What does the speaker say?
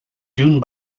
dune